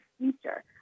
future